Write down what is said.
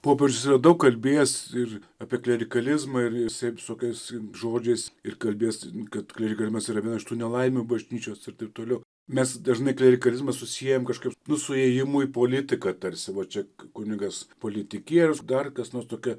popiežius yra daug kalbėjęs ir apie klerikalizmą ir šiaip visokiais žodžiais ir kalbėjęs kad klerikalizmas yra viena iš tų nelaimių bažnyčios ir taip toliau mes dažnai klerikalizmą susiejam kažkaip su ėjimui politiką tarsi va čia kunigas politikierius dar kas nors tokia